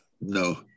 No